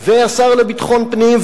והשר לביטחון הפנים,